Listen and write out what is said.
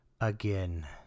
again